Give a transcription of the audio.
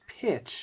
pitch